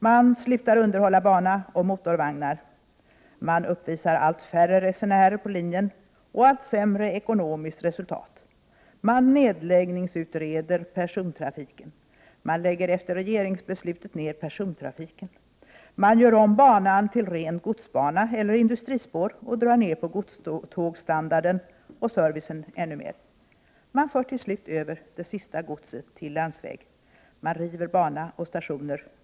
Man slutar underhålla bana och motorvagnar. Man uppvisar allt färre resenärer på linjen och allt sämre ekonomiskt resultat. Man nedläggningsutreder persontrafiken. Man lägger efter regeringsbeslutet ned persontrafiken. Man gör om banan till ren godsbana eller industrispår och drar ned på godstågsstandarden och servicen ännu mer. Man för till slut över det sista godset till landsväg. Man river bana och stationer.